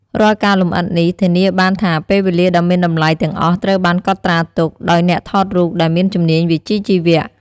រាល់ការលម្អិតនេះ ធានាបានថាពេលវេលាដ៏មានតម្លៃទាំងអស់ត្រូវបានកត់ត្រាទុក ដោយអ្នកថតរូបដែលមានជំនាញវិជ្ជាជីវៈ។